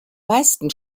meisten